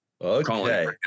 okay